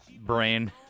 brain